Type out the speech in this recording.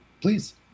Please